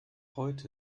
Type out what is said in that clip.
heute